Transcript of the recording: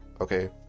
okay